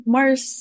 Mars